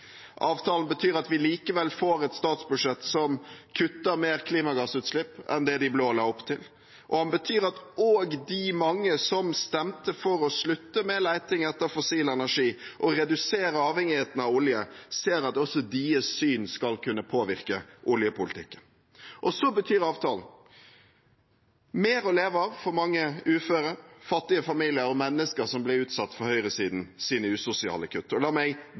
Avtalen betyr at vi likevel får et statsbudsjett som kutter mer klimagassutslipp enn det de blå la opp til, og den betyr at de mange som stemte for å slutte med leting etter fossil energi og redusere avhengigheten av olje, ser at også deres syn skal kunne påvirke oljepolitikken. Så betyr avtalen mer å leve av for mange uføre, fattige familier og mennesker som ble utsatt for høyresidens usosiale kutt. La meg